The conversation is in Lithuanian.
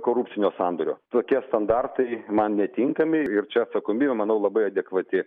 korupcinio sandorio tokie standartai man netinkami ir čia atsakomybė manau labai adekvati